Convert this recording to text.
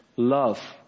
love